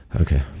Okay